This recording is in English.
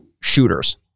shooters